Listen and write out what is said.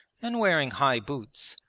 and wearing high boots,